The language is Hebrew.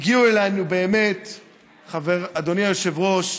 הגיעו אלינו, אדוני היושב-ראש,